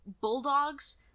bulldogs